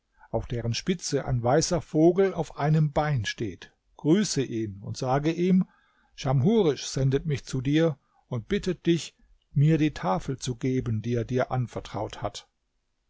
auf deren spitze ein weißer vogel auf einem bein steht grüße ihn und sage ihm schamhurisch sendet mich zu dir und bittet dich mir die tafel zu geben die er dir anvertraut hat